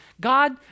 God